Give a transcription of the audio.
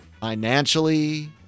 financially